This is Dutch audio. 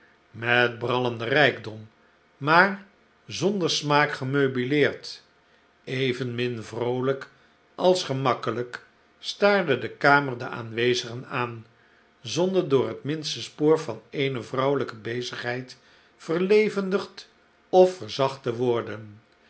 met brallenden rijkdom maar zonder smaak gemeubileerd evenmin vroolijk als gemakkelijk staarde de kamer de aanwezigen aan zonder door net minste spoor van eenige vrouwelijke bezigheid verlevendigd ofverzacht te worden